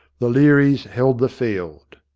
the learys held the field.